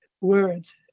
words